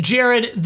Jared